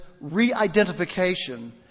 re-identification